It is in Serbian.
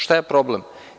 Šta je problem?